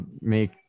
make